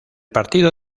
partido